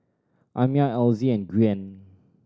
Amiah Elzy and Gwyn